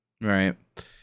right